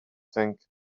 think